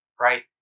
right